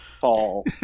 fall